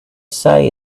say